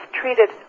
treated